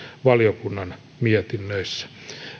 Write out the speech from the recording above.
valiokunnan mietinnöissä